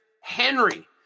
Henry